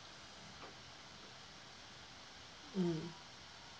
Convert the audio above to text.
mm